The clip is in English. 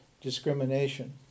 discrimination